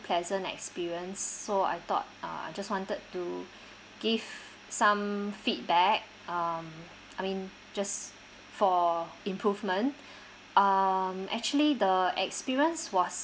pleasant experience so I thought uh I just wanted to give some feedback um I mean just for improvement um actually the experience was